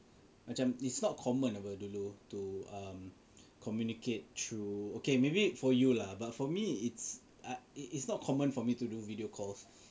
macam is not common apa dulu to to um communicate through okay maybe for you lah but for me it's I it's not common for me to do video calls